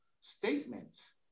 statements